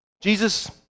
Jesus